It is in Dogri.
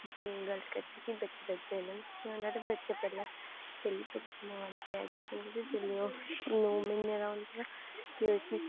गल्ल करचै जे कर बच्चे दा बच्चा जिसलै नौ म्हीने दा होंदा प्ही ओह् इसी